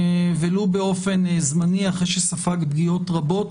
ולו באופן זמני, אחרי שספג פגיעות רבות.